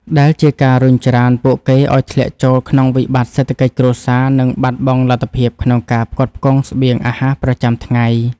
ដែលជាការរុញច្រានពួកគេឱ្យធ្លាក់ចូលក្នុងវិបត្តិសេដ្ឋកិច្ចគ្រួសារ និងបាត់បង់លទ្ធភាពក្នុងការផ្គត់ផ្គង់ស្បៀងអាហារប្រចាំថ្ងៃ។